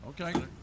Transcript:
Okay